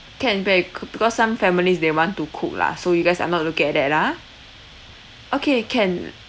can because some families they want to cook lah so you guys are not looking at that ah okay can